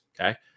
Okay